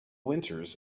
winters